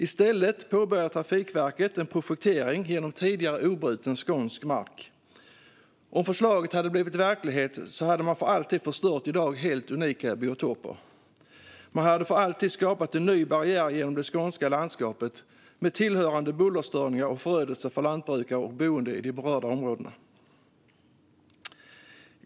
I stället påbörjade Trafikverket en projektering genom tidigare obruten skånsk mark. Om förslaget hade blivit verklighet hade man för alltid förstört i dag helt unika biotoper. Man hade för alltid skapat en ny barriär genom det skånska landskapet med tillhörande bullerstörningar och förödelse för lantbrukare och boende i de berörda områdena.